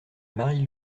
marie